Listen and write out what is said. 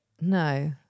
No